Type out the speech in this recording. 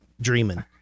dreaming